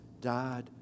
died